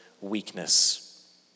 weakness